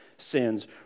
sins